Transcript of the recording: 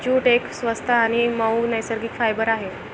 jute एक स्वस्त आणि मऊ नैसर्गिक फायबर आहे